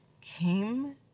came